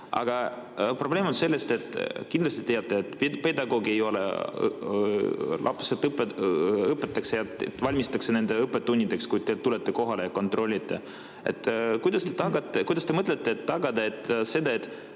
Aga probleem on selles, et te kindlasti teate, et pedagooge ei ole, lapsi õpetatakse, valmistatakse nendeks õppetundideks, kui te tulete kohale ja kontrollite. Kuidas te mõtlete tagada seda, et